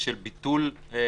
היא של ביטול חלקי,